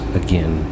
again